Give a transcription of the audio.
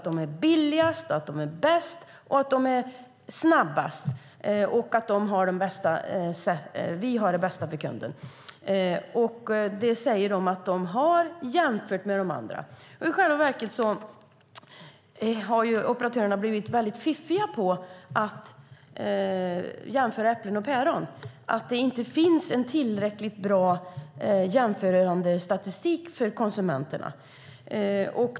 De är billigast, bäst och snabbast och har det bästa för kunden jämfört med de andra, säger de. I själva verket har operatörerna blivit väldigt fiffiga på att jämföra äpplen och päron. Det finns inte någon tillräckligt bra jämförande statistik för konsumenterna.